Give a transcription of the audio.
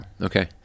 Okay